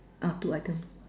ah two items